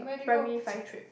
primary five trip